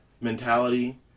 mentality